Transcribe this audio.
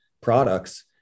products